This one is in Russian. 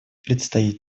предстоит